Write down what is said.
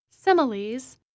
similes